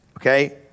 okay